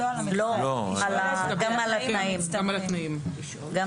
גם על התנאים.